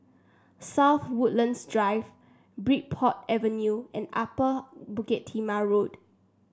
South Woodlands Drive Bridport Avenue and Upper Bukit Timah Road